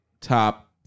top